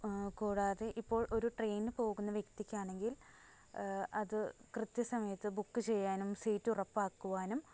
കൂടാതെ ഇപ്പോൾ ഒരു ട്രെയ്നിനു പോകുന്ന വ്യക്തിക്കാണെങ്കിൽ അത് കൃത്യസമയത്ത് ബുക്ക് ചെയ്യാനും സീറ്റ് ഉറപ്പാക്കുവാനും